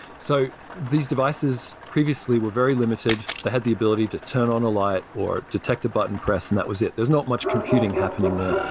so these devices previously were very limited. they had the ability to turn on a light, or detect a button press and that was it. there's not much computing happening there,